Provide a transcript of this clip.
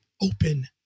open